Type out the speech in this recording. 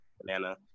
banana